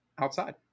outside